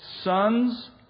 sons